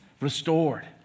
restored